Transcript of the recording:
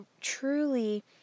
truly